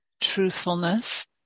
truthfulness